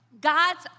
God's